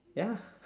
ya